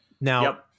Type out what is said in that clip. Now